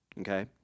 Okay